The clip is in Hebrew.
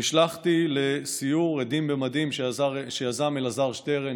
נשלחתי לסיור "עדים במדים" שיזם אלעזר שטרן,